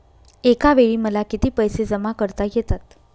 एकावेळी मला किती पैसे जमा करता येतात?